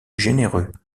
généreux